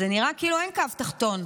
זה נראה כאילו אין קו תחתון,